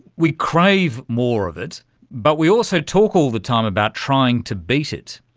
we crave more of it but we also talk all the time about trying to beat it.